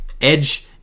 edge